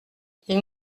ils